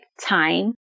time